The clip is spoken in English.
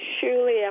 surely